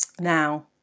Now